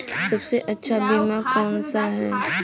सबसे अच्छा बीमा कौन सा है?